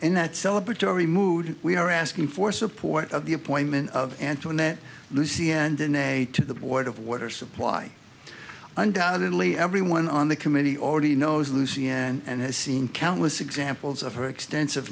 and that celebrate to every mood we are asking for support of the appointment of antoinette lucy and the ne to the board of water supply undoubtedly everyone on the committee already knows lucy and has seen countless examples of her extensive